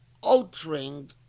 altering